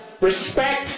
respect